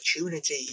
opportunity